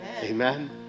Amen